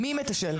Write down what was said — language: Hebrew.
מי מתשאל?